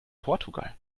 portugal